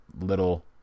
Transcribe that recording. little